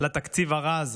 לתקציב הרע הזה.